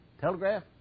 Telegraph